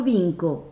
Vinco